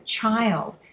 child